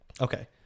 Okay